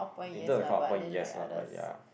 in term of cut off point yes lah but ya